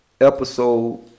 episode